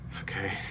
Okay